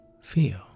feel